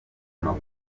guma